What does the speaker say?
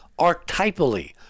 archetypally